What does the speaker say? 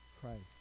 Christ